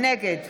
נגד